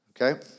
Okay